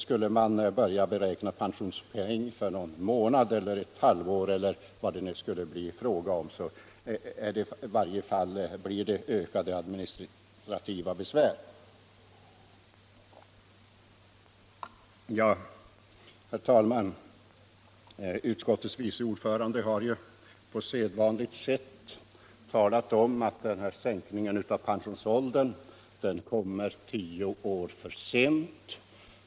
Skulle man börja beräkna pensionspoäng för någon månad, ett halvår, eller vad det kunde bli fråga om, får man ökade besvär administrativt. Herr talman! Utskottets vice ordförande talade på sedvanligt sätt om att sänkningen av pensionsåldern kommer tio år för sent.